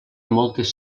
moltes